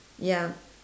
ya